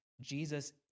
Jesus